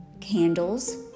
candles